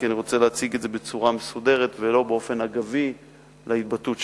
כי אני רוצה להציג את זה בצורה מסודרת ולא אגב הדיון בהתבטאות שהיתה.